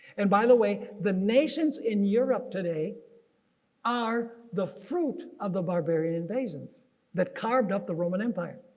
and by the way the nations in europe today are the fruit of the barbarian invasions that carved up the roman empire.